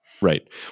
Right